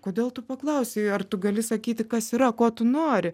kodėl tu paklausei ar tu gali sakyti kas yra ko tu nori